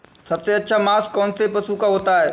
सबसे अच्छा मांस कौनसे पशु का होता है?